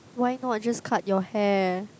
why not just cut your hair